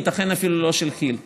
ייתכן אפילו לא של כי"ל,